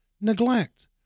neglect